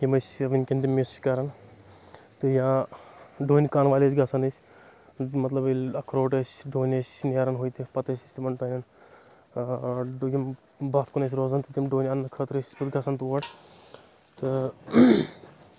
تِم ٲسۍ وٕنکؠن تہِ مِس کران تہٕ یا ڈونہِ کانہٕ ول ٲسۍ گژھان أسۍ مطلب ییٚلہِ اکھروٹ ٲسۍ ڈوٗنۍ ٲسۍ نیران ہُتہِ پتہٕ ٲسۍ أسۍ تِمن ڈونؠن یِم پتھ کُن ٲسۍ روزان تہٕ تِم ڈوٗنۍ اَننہٕ خٲطرٕ ٲسۍ پتہٕ گژھان تور تہٕ